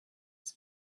his